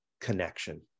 connection